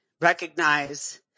recognize